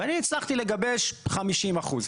ואני הצלחתי לגבש 50 אחוז.